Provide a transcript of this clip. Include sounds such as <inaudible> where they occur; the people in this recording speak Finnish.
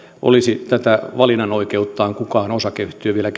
tätä valinnanoikeuttaan olisi kukaan osakeyhtiö vielä <unintelligible>